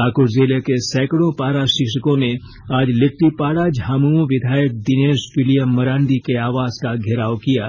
पाकुड़ जिले के सैकड़ों पारा शिक्षकों ने आज लिट्टीपाड़ा झामुमो विधायक दिनेश विलियम मरांडी के आवास का घेराव किया